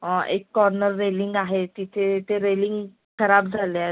एक corner railing आहे तिथे ते रेलिंग खराब झाले आहेत